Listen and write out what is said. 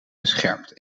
beschermd